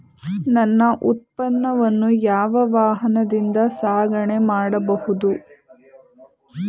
ನನ್ನ ಉತ್ಪನ್ನವನ್ನು ಯಾವ ವಾಹನದಿಂದ ಸಾಗಣೆ ಮಾಡಬಹುದು?